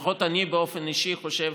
לפחות אני אישית חושב